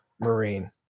Marine